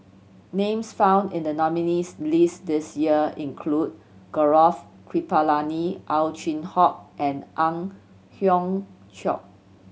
names found in the nominees' list this year include Gaurav Kripalani Ow Chin Hock and Ang Hiong Chiok